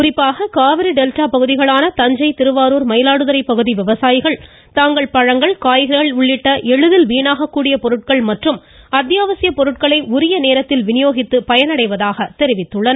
குறிப்பாக காவிரி டெல்டா பகுதிகளான தஞ்சை திருவாரூர் மயிலாடுதுறை பகுதி விவசாயிகள் தங்கள் பழங்கள் காய்கறிகள் உள்ளிட்ட எளிதில் வீணாகக்கூடிய பொருட்கள் மற்றும் அத்தியாவசியப் பொருட்களை உரிய நேரத்தில் வினியோகித்து பயனடைவதாக தெரிவித்துள்ளனர்